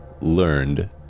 learned